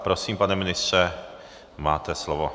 Prosím, pane ministře, máte slovo.